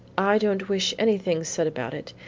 i don't wish anything said about it,